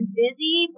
busy